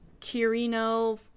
Kirino